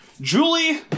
Julie